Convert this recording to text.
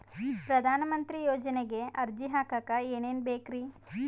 ಪ್ರಧಾನಮಂತ್ರಿ ಯೋಜನೆಗೆ ಅರ್ಜಿ ಹಾಕಕ್ ಏನೇನ್ ಬೇಕ್ರಿ?